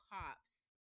cops